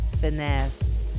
Finesse